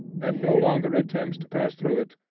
and no longer attempts to pass through it,